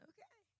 Okay